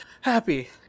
Happy